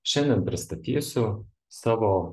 šiandien pristatysiu savo